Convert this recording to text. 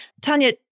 Tanya